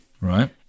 Right